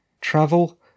travel